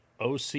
OC